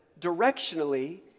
directionally